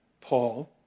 Paul